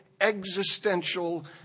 existential